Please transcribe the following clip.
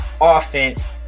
Offense